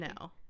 No